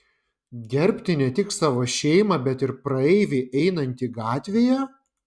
gerbti ne tik savo šeimą bet ir praeivį einantį gatvėje